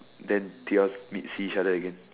then did you all meet see each other again